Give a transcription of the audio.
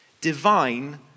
divine